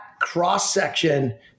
cross-section